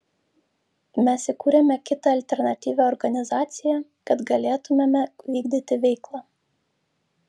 mes įkūrėme kitą alternatyvią organizaciją kad galėtumėme vykdyti veiklą